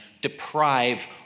deprive